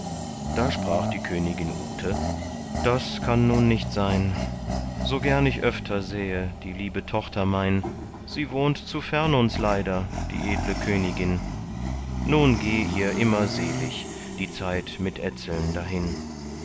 da sprach die königin ute das kann nun nicht sein so gern ich öfter sähe die liebe tochter mein so wohnt zu fern uns leider die edle königin nun geh ihr immer selig die zeit mit etzeln dahin